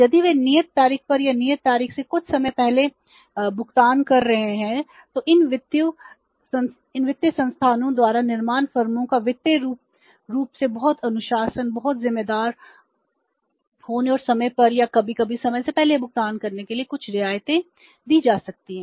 यदि वे नियत तारीख पर या नियत तारीख से कुछ समय पहले भुगतान कर रहे हैं तो इन वित्तीय संस्थानों द्वारा निर्माण फर्मों को वित्तीय रूप से बहुत अनुशासन बहुत जिम्मेदार होने और समय पर या कभी कभी समय से पहले भुगतान करने के लिए कुछ रियायतें दी जा सकती हैं